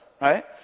right